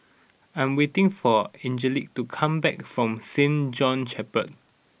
I am waiting for Angelic to come back from Saint John's Chapel